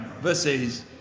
Versus